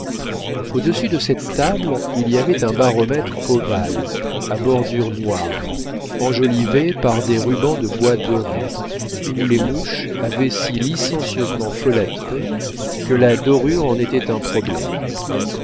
au-dessus de cette table il y avait un baromètre ovale à bordure noire enjolivé par des rubans de bois doré où les mouches avaient si licencieusement folâtré que la dorure en était un problème